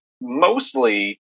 mostly